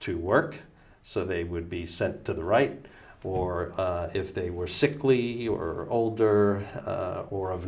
to work so they would be sent to the right or if they were sickly were older or of